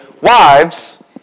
wives